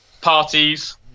parties